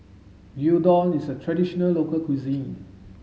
Gyudon is a traditional local cuisine